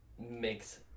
makes